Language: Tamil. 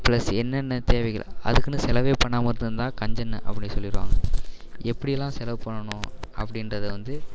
பிளஸ் என்னென்ன தேவைகள் அதுக்குன்னு செலவே பண்ணாமல் இருந்திருந்தா கஞ்சன்னு அப்படி சொல்லிவிடுவாங்க எப்படியெலாம் செலவு பண்ணணும் அப்படின்றதை வந்து